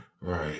Right